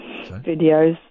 videos